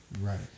Right